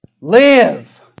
Live